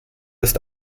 ist